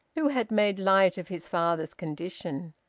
who had made light of his father's condition.